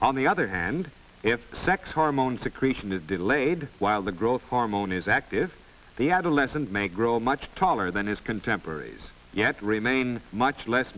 on the other hand if sex hormones secretion is delayed while the growth hormone is active the adolescent may grow much taller than his contemporaries yet remain much less